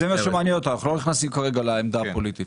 אני לא רוצה, וקיבלתי החלטה.